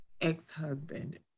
ex-husband